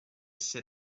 sit